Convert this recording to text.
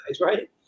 right